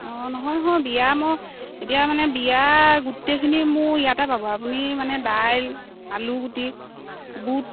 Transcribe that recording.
অঁ নহয় নহয় বিয়া মই এতিয়া মানে বিয়া গোটেইখিনি মোৰ ইয়াতে পাব আপুনি মানে দাইল আলুগুটি বুট